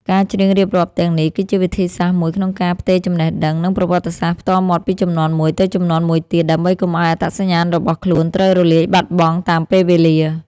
ការច្រៀងរៀបរាប់ទាំងនេះ គឺជាវិធីសាស្ត្រមួយក្នុងការផ្ទេរចំណេះដឹង និងប្រវត្តិសាស្ត្រផ្ទាល់មាត់ពីជំនាន់មួយទៅជំនាន់មួយទៀត ដើម្បីកុំឱ្យអត្តសញ្ញាណរបស់ខ្លួនត្រូវរលាយបាត់បង់តាមពេលវេលា។